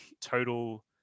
total